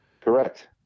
Correct